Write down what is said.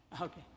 Okay